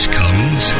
comes